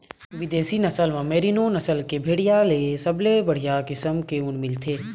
बिदेशी नसल म मेरीनो नसल के भेड़िया ले सबले बड़िहा किसम के ऊन मिलथे